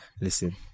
listen